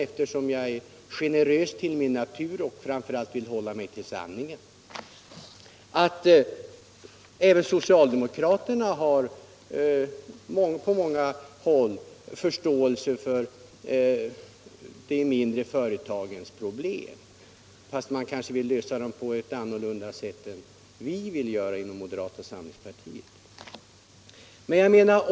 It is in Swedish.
Eftersom jag är generös till min natur och vill hålla mig till sanningen kan jag gärna erkänna att även socialdemokraterna på många håll har förståelse för de mindre företagens problem, även om socialdemokraterna kanske vill lösa problemen på ett annorlunda sätt än vi inom moderata samlingspartiet.